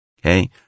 okay